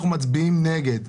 מצביעים נגד,